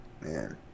Man